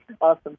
Awesome